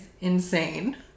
insane